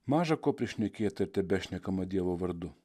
maža ko prišnekėta ir tebešnekama dievo vardu